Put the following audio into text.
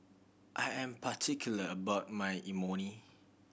I am particular about my Imoni